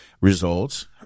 results